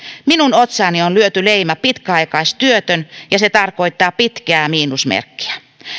minun otsaani on lyöty leima pitkäaikaistyötön ja se tarkoittaa pitkää miinusmerkkiä